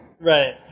Right